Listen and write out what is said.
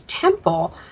temple